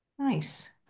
Nice